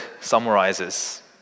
summarizes